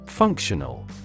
Functional